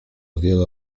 wiele